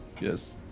Yes